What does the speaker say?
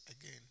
again